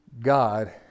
God